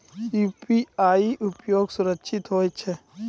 UPI उपयोग सुरक्षित छै?